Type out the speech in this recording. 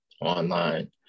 online